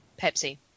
Pepsi